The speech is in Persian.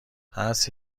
هست